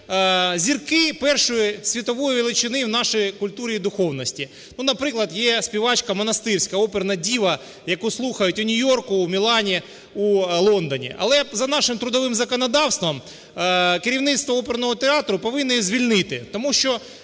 зірки першої світової величини у нашій культурі і духовності. Наприклад, є співачка Монастирська, оперна діва, яку слухають у Нью-Йорку, у Мілані, у Лондоні. Але за нашим трудовим законодавством керівництво оперного театру повинно її звільнити, тому що,